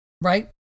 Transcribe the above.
Right